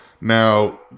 Now